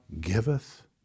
giveth